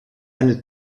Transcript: eine